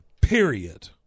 period